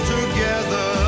together